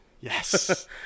Yes